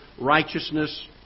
righteousness